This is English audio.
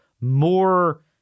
more